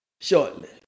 shortly